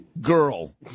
girl